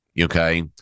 Okay